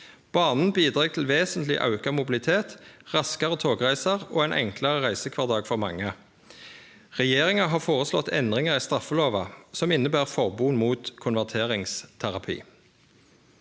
Banen bidreg til vesentleg auka mobilitet, raskare togreiser og ein enklare reisekvardag for mange. Regjeringa har foreslått endringar i straffelova som inneber forbod mot konverteringsterapi.